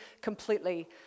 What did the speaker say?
completely